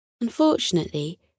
Unfortunately